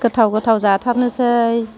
गोथाव गाथाव जाथारनोसै